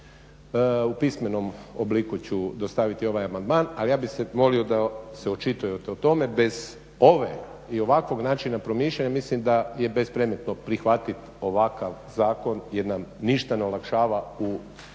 u pismenom obliku ću dostaviti ovaj amandman, ali ja bih volio da se očitujete o tome. Bez ove i ovakvog načina promišljanja mislim da je bespredmetno prihvatiti ovakav zakon jer nam ništa ne olakšava po